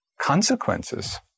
consequences